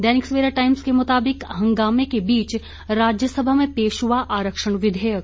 दैनिक Savera Times के मुताबिक हंगामे के बीच राज्यसभा में पेश हुआ आरक्षण विधेयक